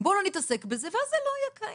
בוא לא נתעסק בזה, ואז זה לא יהיה קיים.